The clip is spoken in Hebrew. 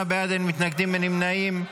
28 בעד, אין מתנגדים, אין נמנעים.